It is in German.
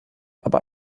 aber